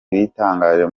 bitangaje